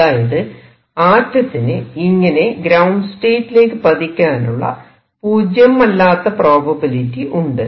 അതായത് ആറ്റത്തിന് ഇങ്ങനെ ഗ്രൌണ്ട് സ്റ്റേറ്റിലേക്ക് പതിക്കാനുള്ള പൂജ്യം അല്ലാത്ത പ്രോബബിലിറ്റി ഉണ്ട്